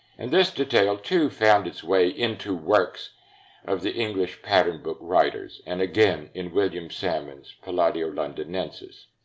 and this detail, too, found its way into works of the english pattern book writers. and again, in william salmon's palladio londinensis.